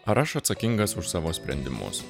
ar aš atsakingas už savo sprendimus